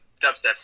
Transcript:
dubstep